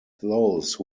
those